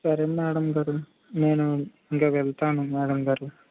సరే మేడం గారు నేను ఇంకా వెళ్తాను మేడం గారు